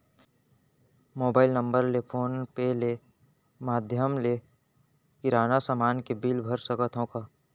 Mobile number ले PhonePe ले माधयम ले किराना समान के बिल भर सकथव का?